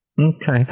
Okay